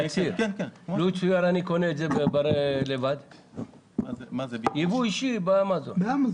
ואם אני קונה את זה בייבוא אישי באמזון?